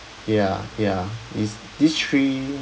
ya ya is this three